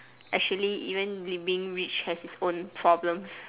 actually living rich has it own problems